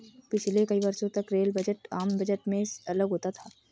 पिछले कई वर्षों तक रेल बजट आम बजट से अलग होता था